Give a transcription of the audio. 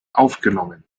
aufgenommen